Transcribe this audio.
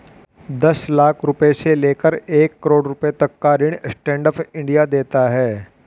दस लाख से लेकर एक करोङ रुपए तक का ऋण स्टैंड अप इंडिया देता है